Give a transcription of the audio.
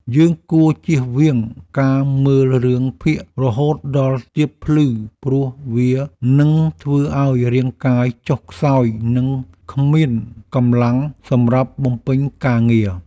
យើងគួរជៀសវាងការមើលរឿងភាគរហូតដល់ទាបភ្លឺព្រោះវានឹងធ្វើឱ្យរាងកាយចុះខ្សោយនិងគ្មានកម្លាំងសម្រាប់បំពេញការងារ។